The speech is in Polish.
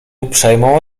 uprzejmą